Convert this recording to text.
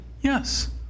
yes